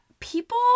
people